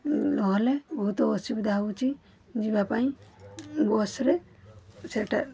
ନହେଲେ ବହୁତ ଅସୁବିଧା ହଉଛି ଯିବା ପାଇଁ ବସ୍ରେ ସେଇଟା